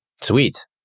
Sweet